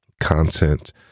content